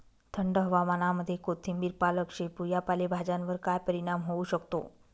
थंड हवामानामध्ये कोथिंबिर, पालक, शेपू या पालेभाज्यांवर काय परिणाम होऊ शकतो?